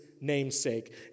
namesake